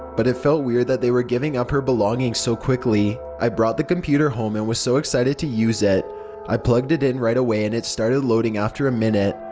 but i felt weird that they were giving up her belongings so quickly. i brought the computer home and was so excited to use it i plugged it in right away and it started loading after a minute.